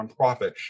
nonprofit